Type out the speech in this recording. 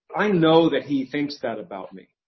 i know that he thinks that about me.